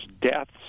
deaths